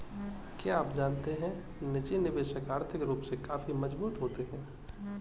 क्या आप जानते है निजी निवेशक आर्थिक रूप से काफी मजबूत होते है?